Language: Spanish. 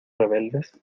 rebeldes